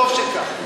טוב שכך.